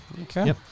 Okay